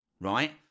right